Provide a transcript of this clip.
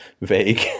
vague